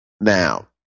Now